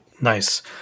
Nice